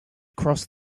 crossed